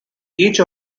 each